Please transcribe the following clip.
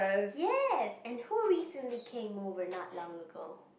yes and who recently came over not long ago